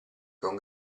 con